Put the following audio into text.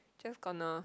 just gonna